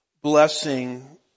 blessing